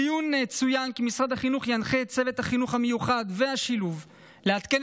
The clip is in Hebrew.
בדיון צוין כי משרד החינוך ינחה את צוותי החינוך המיוחד והשילוב לעדכן